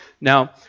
Now